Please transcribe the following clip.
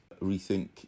rethink